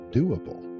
doable